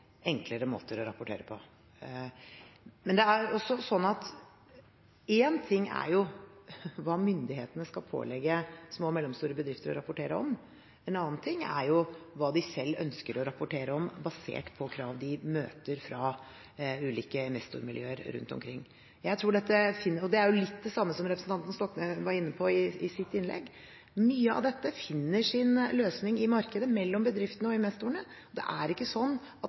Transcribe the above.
enklere måter å rapportere på. Men det er jo slik at én ting er hva myndighetene skal pålegge små og mellomstore bedrifter å rapportere om, en annen ting er hva de selv ønsker å rapportere om, basert på krav de møter fra ulike investormiljøer rundt omkring. Dette er litt det samme som representanten Stoknes var inne på i sitt innlegg, at mye av dette finner sin løsning i markedet, mellom bedriftene og investorene. Det er ikke slik at